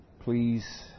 Please